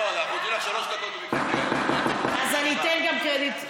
אני אתן גם קרדיט.